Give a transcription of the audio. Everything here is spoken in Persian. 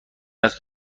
است